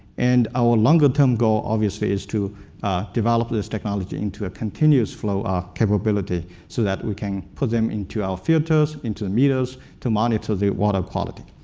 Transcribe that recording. and our longer term goal, obviously, is to develop this technology into a continuous flow capability, so that we can put them into our filters, into the meters, to monitor the water quality.